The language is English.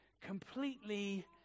completely